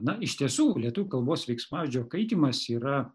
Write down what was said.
na iš tiesų lietuvių kalbos veiksmažodžio kaitymas yra